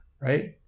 right